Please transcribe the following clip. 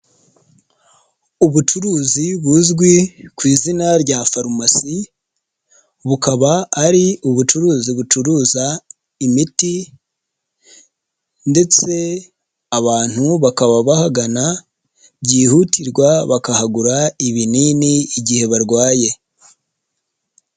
Ubucuruzi buzwi ku izina rya farumasi, bukaba ari ubucuruzi bucuruza imiti ndetse abantu bakaba bahagana, byihutirwa bakahagura ibinini igihe barwaye.